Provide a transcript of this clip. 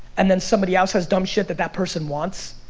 and then somebody else has dumb shit that that person wants?